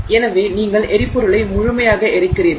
எனவே நீங்கள் எரிபொருளை முழுமையாக எரிக்கிறீர்கள்